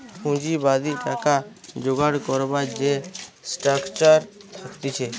পুঁজিবাদী টাকা জোগাড় করবার যে স্ট্রাকচার থাকতিছে